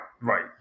right